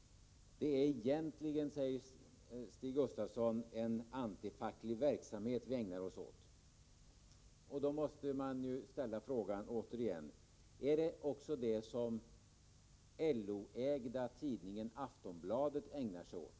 Det är egentligen, säger Stig Gustafsson, en antifacklig verksamhet vi ägnar oss åt. Då måste jag, återigen, ställa frågan: Är det också det som LO-ägda tidningen Aftonbladet ägnar sig åt?